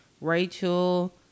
Rachel